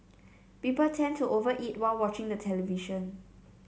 people tend to over eat while watching the television